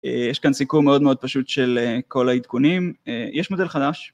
יש כאן סיכום מאוד מאוד פשוט של כל העדכונים, יש מודל חדש.